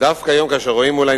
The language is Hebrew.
כנסת נכבדה,